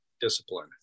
discipline